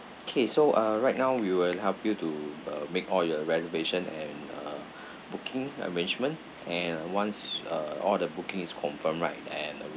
okay so uh right now we will help you to uh make all your reservations and uh booking arrangement and once uh all the booking is confirmed right and